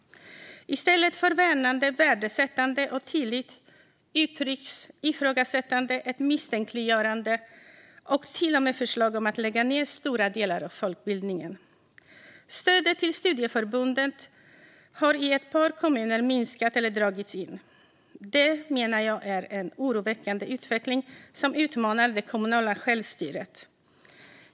I stället för värnande, värdesättande och tillit uttrycks ett ifrågasättande, ett misstänkliggörande och till och med förslag om att lägga ned stora delar av folkbildningen. Stödet till studieförbunden har i ett par kommuner minskat eller dragits in. Det menar jag är en oroväckande utveckling som utmanar det kommunala självstyret.